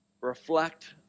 reflect